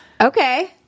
Okay